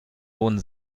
lohnen